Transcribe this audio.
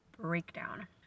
breakdown